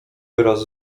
wyraz